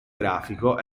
grafico